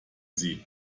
sie